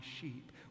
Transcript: sheep